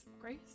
grace